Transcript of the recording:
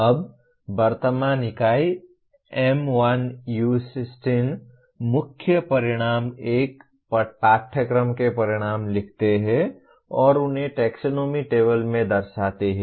अब वर्तमान इकाई M1U16 मुख्य परिणाम एक पाठ्यक्रम के परिणाम लिखते हैं और उन्हें टैक्सोनॉमी टेबल में दर्शाते हैं